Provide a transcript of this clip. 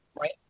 right